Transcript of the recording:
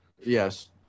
yes